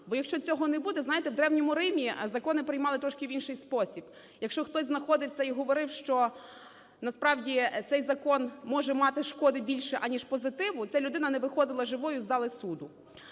бо якщо цього не буде… Знаєте, в Древньому Римі закони приймали трошки в інший спосіб. Якщо хтось знаходився і говорив, що, насправді, цей закон може мати шкоди більше аніж позитиву, ця людина не виходила живою з зали суду.